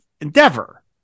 endeavor